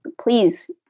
Please